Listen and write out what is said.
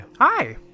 Hi